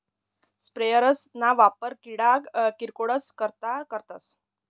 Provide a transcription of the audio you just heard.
sprayers ना वापर किडा किरकोडस करता करतस